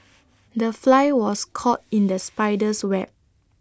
the fly was caught in the spider's web